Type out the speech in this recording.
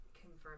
confirm